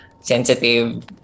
sensitive